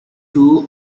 two